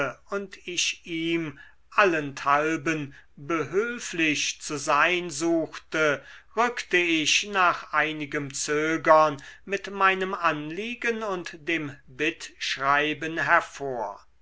und ich ihm allenthalben behülflich zu sein suchte rückte ich nach einigem zögern mit meinem anliegen und dem bittschreiben hervor